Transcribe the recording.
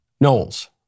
Knowles